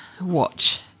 watch